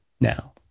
now